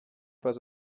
n’est